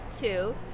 two